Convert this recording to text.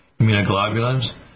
Immunoglobulins